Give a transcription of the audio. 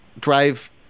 drive